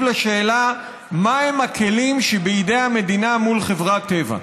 השאלה מהם הכלים שבידי המדינה מול חברת טבע.